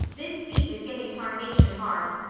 this seat is getting tarnation hard.